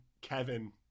Kevin